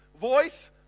voice